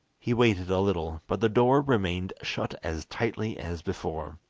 he waited a little, but the door remained shut as tightly as before.